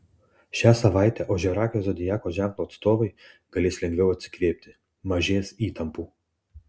šią savaitę ožiaragio zodiako ženklo atstovai galės lengviau atsikvėpti mažės įtampų